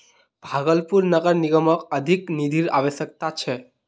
भागलपुर नगर निगमक अधिक निधिर अवश्यकता छ